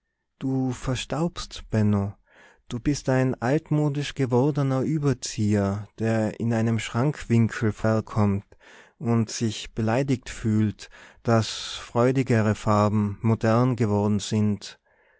du verstaubst benno du bist ein altmodisch gewordener überzieher der in einem schrankwinkel verkommt und sich beleidigt fühlt daß freudigere farben modern geworden sind